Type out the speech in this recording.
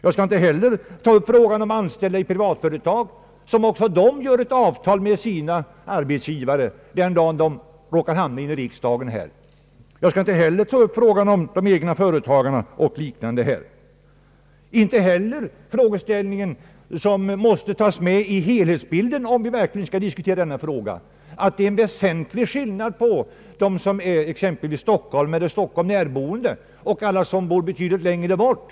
Jag skall inte heller ta upp frågan om anställda i privatföretag, som också de träffar ett avtal med sina arbetsgivare den dag de råkar hamna i riksdagen. Jag skall inte ta upp frågan om egna företagare och liknande, inte heller den frågeställning, som måste tas med i helhetsbilden om vi skall diskutera saken, nämligen att det är en väsentlig skillnad mellan dem som bor i Stockholm eller dess närhet och alla dem som bor betydligt längre bort.